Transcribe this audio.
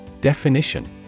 Definition